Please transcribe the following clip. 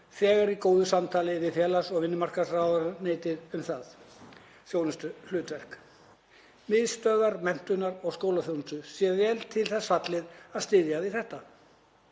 þegar í góðu samtali við félags- og vinnumarkaðsráðuneytið um það. Þjónustuhlutverk Miðstöðvar menntunar og skólaþjónustu sé vel til þess fallið að styðja við þetta.